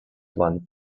one